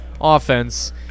Offense